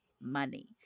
money